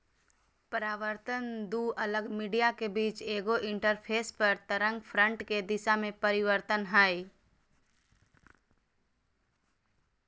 परावर्तन दू अलग मीडिया के बीच एगो इंटरफेस पर तरंगफ्रंट के दिशा में परिवर्तन हइ